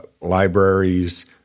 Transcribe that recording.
libraries